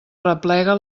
replega